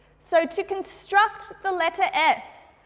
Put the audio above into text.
so, to construct the letter ess,